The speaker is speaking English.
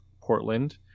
Portland